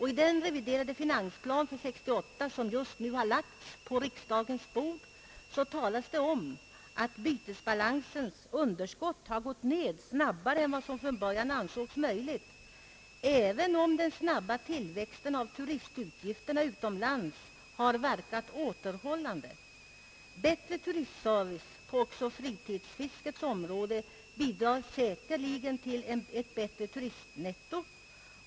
I den reviderade finansplan för 1968 som just nu lagts på riksdagens bord talas det om att bytesbalansens underskott gått ned snabbare än vad som från början ansågs möjligt — även om den snabba tillväxten av turistutgifterna utomlands har verkat återhållande. Bättre turistservice i Sverige också på fritidsfiskets område bidrar säkerligen till ett bättre turistnetto.